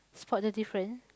spot the different